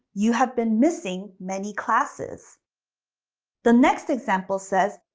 you have been missing many classes the next example says,